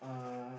uh